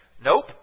Nope